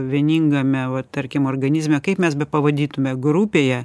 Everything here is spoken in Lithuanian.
vieningame va tarkim organizme kaip mes bepavadytume grupėje